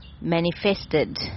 manifested